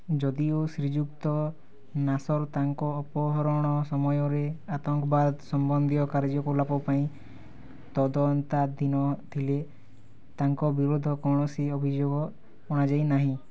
ଯଦିଓ ଶ୍ରୀଯୁକ୍ତ ନାସର ତାଙ୍କ ଅପହରଣ ସମୟରେ ଆତଙ୍କବାଦ ସମ୍ବନ୍ଧୀୟ କାର୍ଯ୍ୟକଳାପ ପାଇଁ ତଦନ୍ତାଧୀନ ଥିଲେ ତାଙ୍କ ବିରୋଧରେ କୌଣସି ଅଭିଯୋଗ ଅଣାଯାଇନାହିଁ